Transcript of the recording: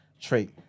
trait